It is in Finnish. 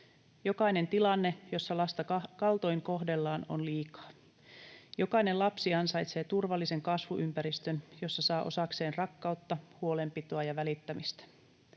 Jokainen tilanne, jossa lasta kaltoinkohdellaan, on liikaa. Jokainen lapsi ansaitsee turvallisen kasvuympäristön, jossa saa osakseen rakkautta, huolenpitoa ja välittämistä.